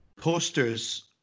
posters